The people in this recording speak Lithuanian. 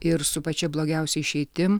ir su pačia blogiausia išeitim